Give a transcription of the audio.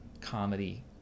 comedy